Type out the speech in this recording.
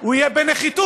הוא יהיה בנחיתות